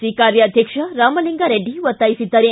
C ಕಾರ್ಯಾಧ್ಯಕ್ಷ ರಾಮಲಿಂಗಾರೆಡ್ಡಿ ಒತ್ತಾಯಿಸಿದ್ದಾರೆ